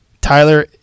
Tyler